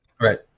Right